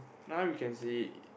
now you can see